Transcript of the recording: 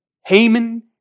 Haman